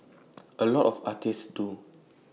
A lot of artists do